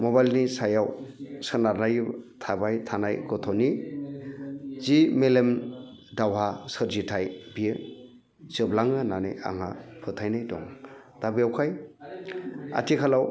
मबाइलनि सायाव सोनारना थाबाय थानाय गथ'नि जि मेलेम दावहा सोरजिथाय बियो जोबलाङो होननानै आंहा फोथायनाय दं दा बेयावहाय आथिखालाव